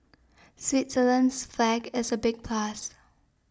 Switzerland's flag is a big plus